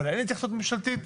אבל אין התייחסות ממשלתית.